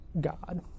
God